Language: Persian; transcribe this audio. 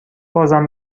بازم